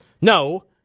No